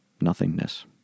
Nothingness